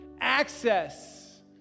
access